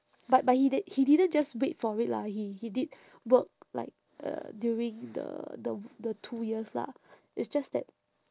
but but he di~ he didn't just wait for it lah he he did work like uh during the the w~ the two years lah it's just that